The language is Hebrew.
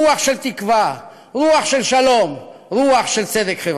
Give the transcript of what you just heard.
רוח של תקווה, רוח של שלום, רוח של צדק חברתי.